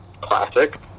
Classic